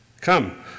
Come